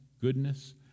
goodness